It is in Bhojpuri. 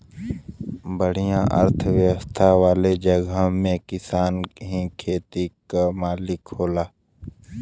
बढ़िया अर्थव्यवस्था वाले जगह में किसान ही खेत क मालिक होला